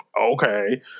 okay